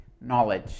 Knowledge